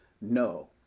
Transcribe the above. No